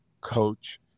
coach